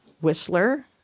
whistler